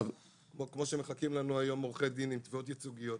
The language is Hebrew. כמו שמחכים לנו היום עורכי דין עם תביעות ייצוגיות,